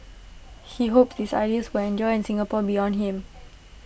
he hoped these ideals when endure in Singapore beyond him